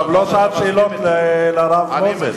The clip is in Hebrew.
עכשיו לא שעת שאלות לרב מוזס.